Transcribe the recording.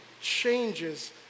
changes